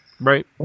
Right